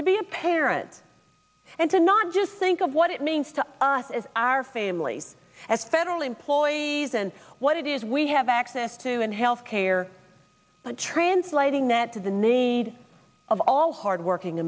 to be a parent and to not just think of what it means to us as our families as federal employees and what it is we have access to in health care but translating that to the name of all hardworking